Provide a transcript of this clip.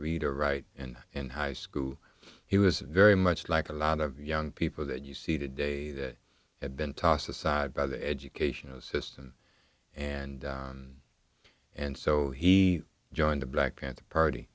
read or write and and high school he was very much like a lot of young people that you see today that had been tossed aside by the educational system and and so he joined the black pant